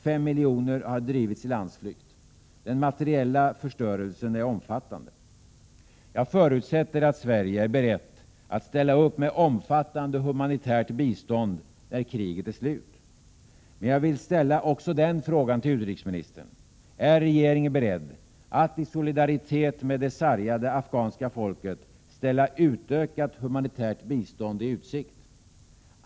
Fem miljoner har drivits i landsflykt. Den materiella förstörelsen är omfattande. Jag förutsätter att Sverige är berett att ställa upp med omfattande humanitärt bistånd när kriget är slut. Men jag vill också fråga utrikesministern: Är regeringen beredd att i solidaritet med det sargade afghanska folket ställa utökat humanitärt bistånd i utsikt?